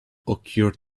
occurred